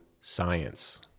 science